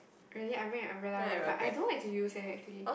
really I bring an umbrella around but I don't like to use eh actually